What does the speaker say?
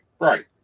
Right